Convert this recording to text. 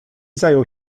zajął